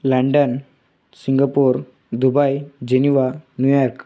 London Singapore Dubai Geneva New York